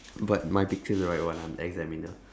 but my picture's the right one I'm the examiner